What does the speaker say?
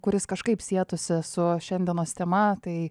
kuris kažkaip sietųsi su šiandienos tema tai